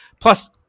plus